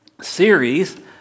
series